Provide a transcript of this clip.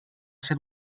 ser